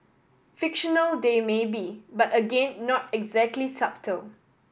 fictional they may be but again not exactly subtle